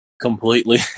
completely